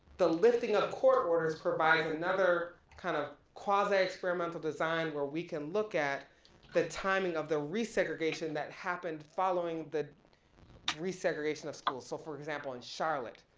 the lifting of court orders provides another kind of, quasi experimental design, where we can look at the timing of the resegregation that happened following the resegregation of schools. so for example in charlotte,